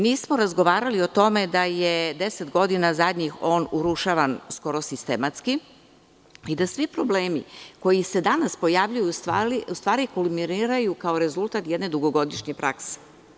Mi smo razgovarali o tome da je zadnjih 10 godina on urušavan skoro sistematski i da svi problemi koji se danas pojavljuju u stvari kulminiraju kao rezultat jedne dugogodišnje prakse.